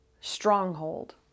stronghold